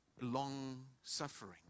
long-suffering